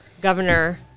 governor